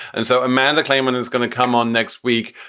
and so amanda claman is going to come on next week.